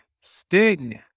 sting